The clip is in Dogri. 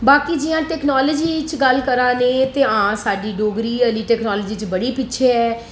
बाकी जि'यां टेक्नोलाॅजी दी गल्ल करा ने हां साढ़ी डोगरी हल्ली टेक्नोलाॅजी च बड़ी पिच्छै ऐ